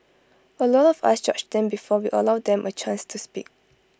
A lot of us judge them before we allow them A chance to speak